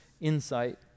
insight